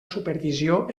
supervisió